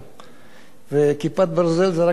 אז אני מבקש את הגנתך שלא יפריעו לי.